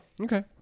Okay